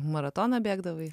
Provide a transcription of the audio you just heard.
maratoną bėgdavai